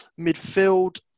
midfield